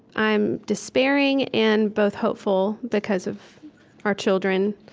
i'm despairing and both hopeful because of our children.